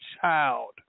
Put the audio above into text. child